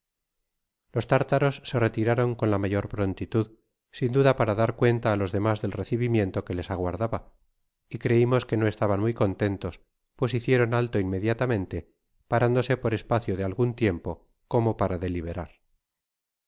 los tártaros se retiraron con a mayor prontitud sin duda para dar cuenta á los demas del recibimiento que les aguardaba y creimos que no estaban muy contentos pues hicieron alio inmediatamente parándose por espacio de algun tiempo como para deliberar